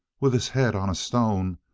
with his head on a stone,